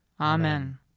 Amen